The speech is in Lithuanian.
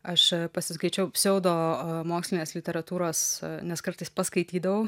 aš pasiskaičiau pseudomokslinės literatūros nes kartais paskaitydavau